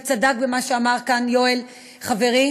וצדק במה שאמר כאן יואל חברי,